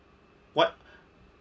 what